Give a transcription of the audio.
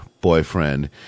boyfriend